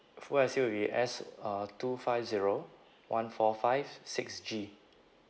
full I_C will be S uh two five zero one four five six G